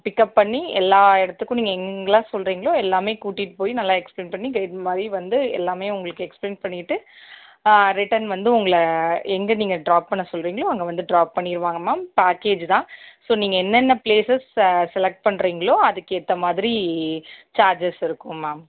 pick up பண்ணி எல்லா இடத்துக்கும் நீங்கள் எங்கங்கெல்லாம் சொல்லறீங்களோ எல்லாமே கூட்டிட்டு போய் நல்லா எக்ஸ்ப்ளைன் பண்ணி கைட் மாதிரி வந்து எல்லாமே உங்களுக்கு எக்ஸ்ப்ளைன் பண்ணிட்டு ரிட்டன் வந்து உங்களை எங்கே நீங்கள் ட்ராப் பண்ண சொல்லறீங்களோ அங்கே வந்து ட்ராப் பண்ணிடுவாங்க மேம் பேக்கேஜ் தான் ஸோ நீங்கள் என்னென்ன ப்ளேஸஸ் செ செலக்ட் பண்ணுறீங்களோ அதுக்கேற்ற மாதிரி சார்ஜஸ் இருக்கும் மேம்